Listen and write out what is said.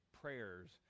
prayers